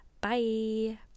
Bye